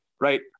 right